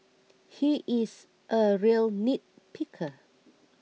he is a real nitpicker